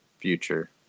Future